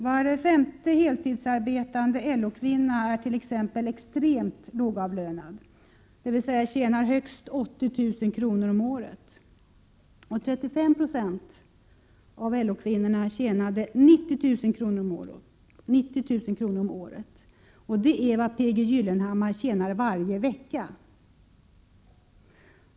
Var femte heltidsarbetande LO kvinna t.ex. är extremt lågavlönad, dvs. tjänar högst 80 000 kr. om året. 35 Jo av LO-kvinnorna tjänade 90 000 kr. om året. Det är vad P. G. Gyllenhammar tjänar varje vecka.